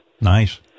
Nice